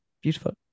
beautiful